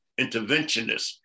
interventionist